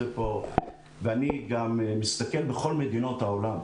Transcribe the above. אני גם מסתכל על כל מדינות העולם.